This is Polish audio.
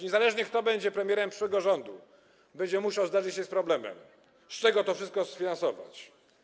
Niezależnie od tego, kto będzie premierem przyszłego rządu, będzie musiał zderzyć się z problemem, z czego to wszystko sfinansować.